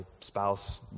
spouse